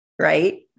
Right